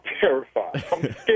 terrified